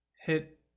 hit